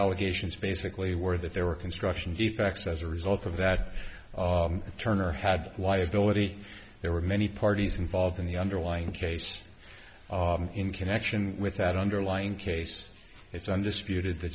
allegations basically where that there were construction defects as a result of that turner had liability there were many parties involved in the underlying case in connection with that underlying case it's undisputed th